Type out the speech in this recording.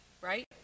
right